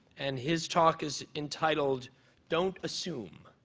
and his talk is entitled don't assume.